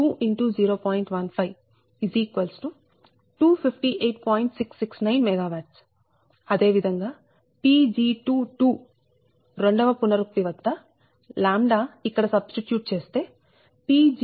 అదే విధంగా Pg2 రెండవ పునరుక్తి వద్ద ఇక్కడ సబ్స్టిట్యూట్ చేస్తే Pg2118